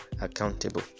accountable